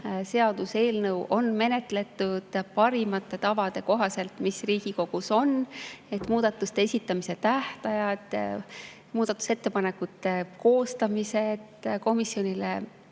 seaduseelnõu on menetletud parimate tavade kohaselt, mis Riigikogus on: muudatuste esitamise tähtajad, muudatusettepanekute koostamised, komisjonile